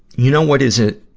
you know what is a,